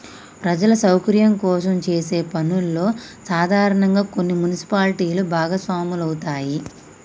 ప్రజల సౌకర్యం కోసం చేసే పనుల్లో సాధారనంగా కొన్ని మున్సిపాలిటీలు భాగస్వాములవుతాయి